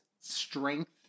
Strength